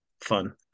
fun